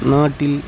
நாட்டில்